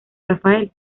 rafael